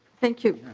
thank you